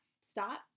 stop